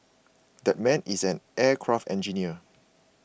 that man is an aircraft engineer